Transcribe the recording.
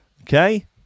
Okay